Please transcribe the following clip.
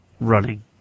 running